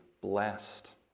blessed